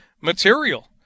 material